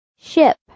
Ship